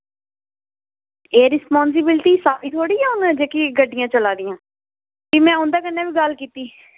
एह् रिस्पासविलीटी साढ़ी थोह्ड़ी ऐ गड्डियां चला दियां हून भी में उंदे कन्नै भी गल्ल कीती